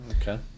okay